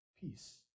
peace